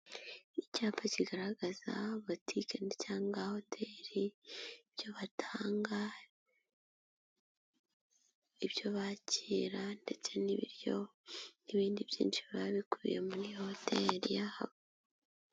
Icyapa kigaragaza botike cyangwa hoteli ibyo batanga, ibyo bakira ndetse n'ibiryo n'ibindi byinshi biba bikubiye muri hoteli y'aha.